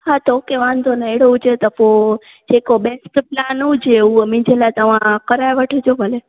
हा त ओके वांदो नाहे अहिड़ो हुजे त पोइ जेको बेस्ट प्लॉन हुजे त उहो मुंहिंजे लाइ तव्हां कराए वठिजो भले